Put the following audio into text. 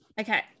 Okay